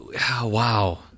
wow